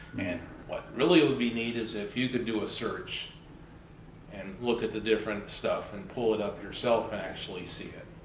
and what really would be neat is if you could do a search and look at the different stuff and pull it up yourself, actually see it.